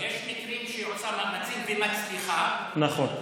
יש מקרים שהיא עושה מאמצים ומצליחה, נכון.